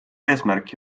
eesmärk